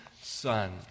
son